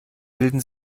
bilden